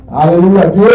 Hallelujah